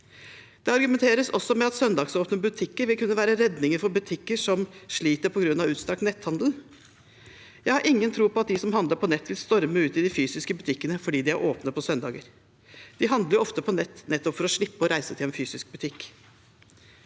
Det argumenteres også med at søndagsåpne butikker vil kunne være redningen for butikker som sliter på grunn av utstrakt netthandel. Jeg har ingen tro på at de som handler på nettet, vil storme ut i de fysiske butikkene fordi de er åpne på søndager. De handler ofte på nett nettopp for å slippe å reise til en fysisk butikk.